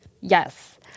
Yes